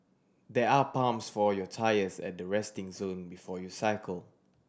there are pumps for your tyres at the resting zone before you cycle